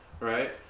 right